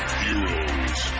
heroes